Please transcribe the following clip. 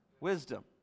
wisdom